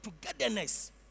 togetherness